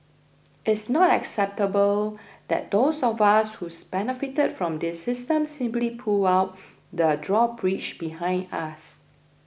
it's not acceptable that those of us who've benefited from this system simply pull out the drawbridge behind us